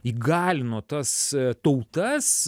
įgalino tas tautas